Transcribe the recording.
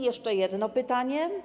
Jeszcze jedno pytanie.